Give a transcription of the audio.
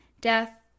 Death